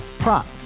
Prop